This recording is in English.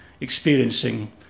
experiencing